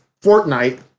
Fortnite